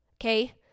Okay